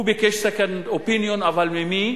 הוא ביקש second opinion, אבל ממי?